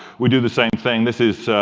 we do the same thing this is